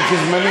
חברת הכנסת